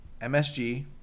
MSG